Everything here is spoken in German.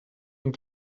und